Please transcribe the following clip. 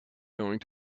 going